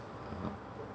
mmhmm